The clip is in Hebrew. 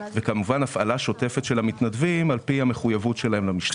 וכמובן הפעלה שוטפת של המתנדבים לפי המחויבות שלהם למשטרה.